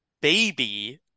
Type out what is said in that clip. baby